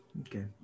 Okay